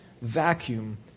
vacuum